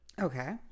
Okay